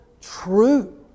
true